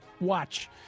Watch